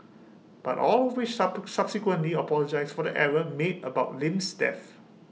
but all of which sub subsequently apologised for the error made about Lim's death